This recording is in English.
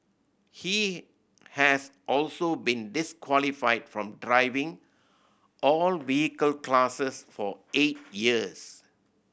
he has also been disqualified from driving all vehicle classes for eight years